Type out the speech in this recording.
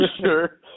sure